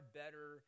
better